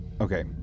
Okay